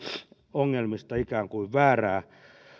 ongelmista ikään kuin väärää